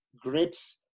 grips